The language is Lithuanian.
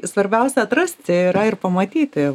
svarbiausia atrasti yra ir pamatyti